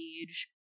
age